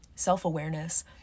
self-awareness